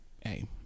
hey